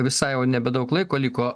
visai jau nebedaug laiko liko